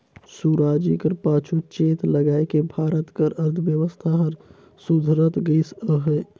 सुराजी कर पाछू चेत लगाएके भारत कर अर्थबेवस्था हर सुधरत गइस अहे